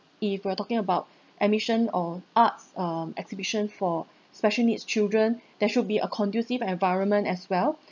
if we are talking about admission or arts um exhibition for special needs children there should be a conducive environment as well